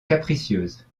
capricieuses